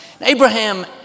Abraham